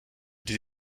die